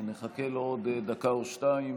נחכה לו עוד דקה או שתיים.